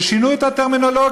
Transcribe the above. ששינו את הטרמינולוגיה,